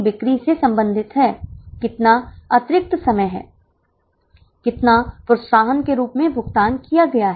शिक्षक भत्ते शिक्षक का भत्ता कितना है